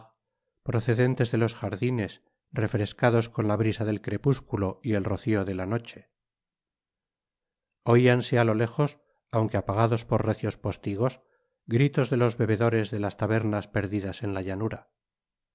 procedentes de los jardines refrescados con la brisa del crepúsculo y el rocío de la noche oíanse á lo lejos aunque apagados por recios póstigos gritos de los bebedores de testabernas perdidas en la llanura